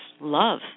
love